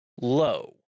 low